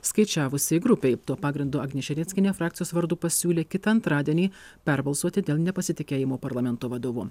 skaičiavusiai grupei tuo pagrindu agnė širinskienė frakcijos vardu pasiūlė kitą antradienį perbalsuoti dėl nepasitikėjimo parlamento vadovu